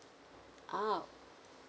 ah